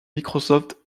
microsoft